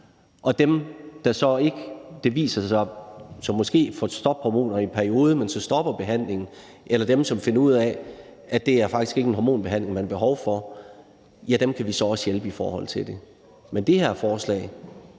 Og dem, der så måske får stophormoner i perioden, men hvor behandlingen så stoppes, eller som finder ud af, at det faktisk ikke er en hormonbehandling, de har behov for, kan vi så også hjælpe i forhold til det. Men det her forslag